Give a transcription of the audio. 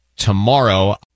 tomorrow